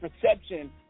perception